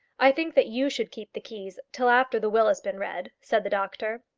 i think that you should keep the keys till after the will has been read, said the doctor.